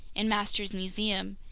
in master's museum!